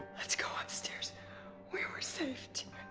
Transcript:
let's go upstairs where we're safe